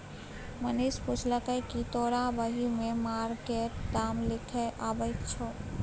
मनीष पुछलकै कि तोरा बही मे मार्केट दाम लिखे अबैत छौ